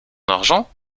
argent